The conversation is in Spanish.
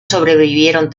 sobrevivieron